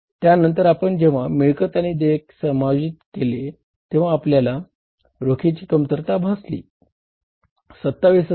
त्यानंतर आपण जेव्हा मिळकत आणि देयक समायोजित केले तेंव्हा आपल्याला रोखीची कमतरता जास्त भासली